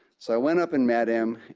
so went up and met him,